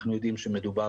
אנחנו יודעים שמדובר